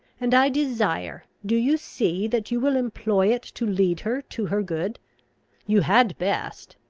and i desire, do you see, that you will employ it to lead her to her good you had best,